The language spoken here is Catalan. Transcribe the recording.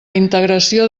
integració